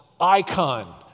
icon